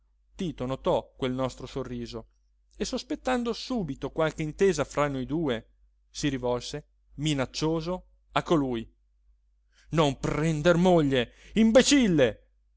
tito notò quel nostro sorriso e sospettando subito qualche intesa fra noi due si rivolse minaccioso a colui non prender moglie imbecille